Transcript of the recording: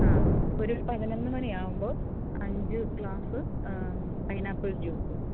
ആ ഒരു പതിനൊന്ന് മണിയാവുമ്പോൾ അഞ്ച് ഗ്ലാസ്സ് പൈനാപ്പിൾ ജ്യൂസ്